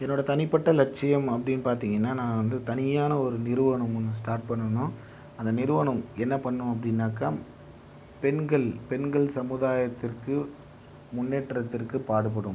என்னோட தனிப்பட்ட லட்சியம் அப்படின்னு பார்த்தீங்கன்னா நான் வந்து தனியான ஒரு நிறுவனம் ஒன்று ஸ்டார்ட் பண்ணணும் அந்த நிறுவனம் என்ன பண்ணும் அப்படினாக்க பெண்கள் பெண்கள் சமுதாயத்திற்கு முன்னேற்றத்திற்கு பாடுபடும்